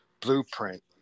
blueprint